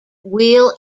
will